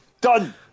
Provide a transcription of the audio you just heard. done